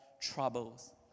troubles